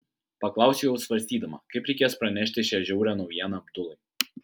paklausiau jau svarstydama kaip reikės pranešti šią žiaurią naujieną abdulai